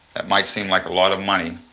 that might seem like a lot of money,